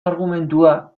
argumentua